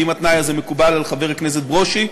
אם התנאי הזה מקובל על חבר הכנסת ברושי,